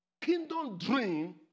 Kingdom-dream